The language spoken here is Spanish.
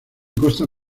costa